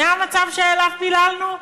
זה המצב שאליו פיללנו?